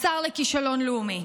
השר לכישלון לאומי.